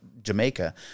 jamaica